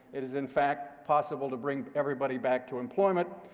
it is, in fact, possible to bring everybody back to employment.